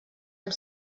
amb